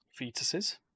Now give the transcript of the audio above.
fetuses